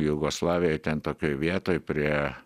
jugoslavijoj ten tokioj vietoj prie